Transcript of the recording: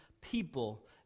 people